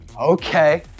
okay